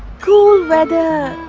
cool weather,